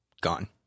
gone